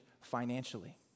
financially